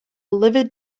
livid